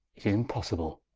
it is impossible.